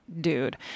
dude